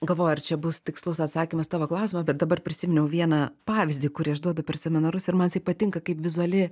galvoju ar čia bus tikslus atsakymas į tavo klausimą bet dabar prisiminiau vieną pavyzdį kurį aš duodu per seminarus ir man jisai patinka kaip vizuali